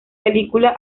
película